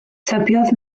tybiodd